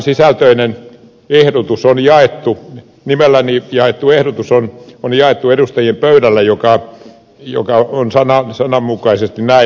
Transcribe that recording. edustajien pöydälle on jaettu nimelläni varustettu tämän sisältöinen ehdotus on jaettu edustajien tilalle juka joka kuuluu sananmukaisesti näin